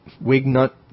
wig-nut